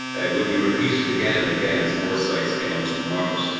would be repeated again and again as more sites came onto the market,